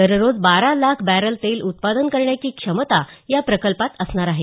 दररोज बारा लाख बॅरल तेल उत्पादन करण्याची क्षमता या प्रकल्पात असणार आहे